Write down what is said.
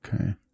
Okay